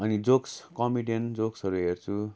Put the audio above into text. अनि jokes comedian जोक्सहरू हेर्छु